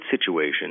situation